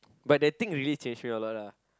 but that thing really changed me a lot ah